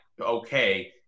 okay